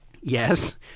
Yes